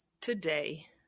today